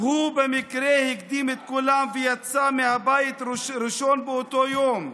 הוא במקרה הקדים את כולם ויצא מהבית ראשון באותו יום.